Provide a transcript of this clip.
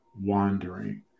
wandering